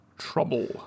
trouble